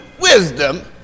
wisdom